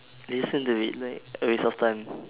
listen to it like a waste of time